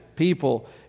people